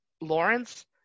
Lawrence